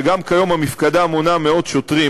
וגם כיום המפקדה מונה מאות שוטרים.